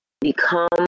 become